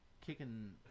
kicking